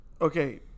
Okay